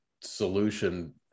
solution